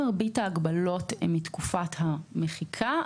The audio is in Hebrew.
מרבית ההגבלות הן מתקופת המחיקה,